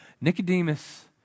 Nicodemus